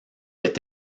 est